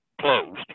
closed